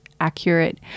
accurate